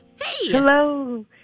Hello